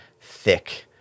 thick